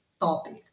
topic